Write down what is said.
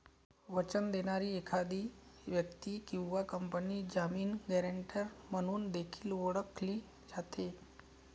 वचन देणारी एखादी व्यक्ती किंवा कंपनी जामीन, गॅरेंटर म्हणून देखील ओळखली जाते